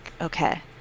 okay